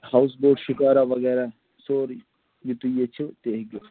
house boat shikara وغیرہ سورٕے یہِ تُہۍ ییٚژھِو تہِ ہیٚکِو